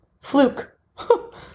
fluke